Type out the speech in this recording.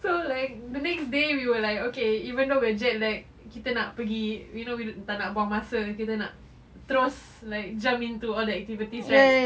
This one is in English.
so like the next day we were like okay even though we're jet-lagged kita nak pergi we know tak nak buang masa kita nak terus like jump into all the activities right